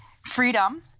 freedom